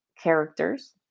characters